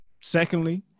Secondly